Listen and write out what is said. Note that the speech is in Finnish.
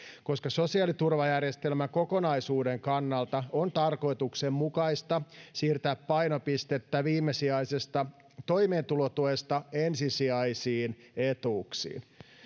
koska sosiaaliturvajärjestelmän kokonaisuuden kannalta on tarkoituksenmukaista siirtää painopistettä viimesijaisesta toimeentulotuesta ensisijaisiin etuuksiin